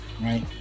right